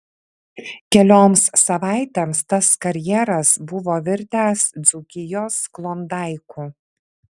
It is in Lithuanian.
kelioms savaitėms tas karjeras buvo virtęs dzūkijos klondaiku